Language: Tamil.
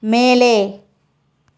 மேலே